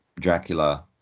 Dracula